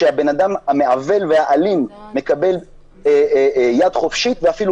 כשהבן אדם המעוול והאלים מקבל יד חופשית ואפילו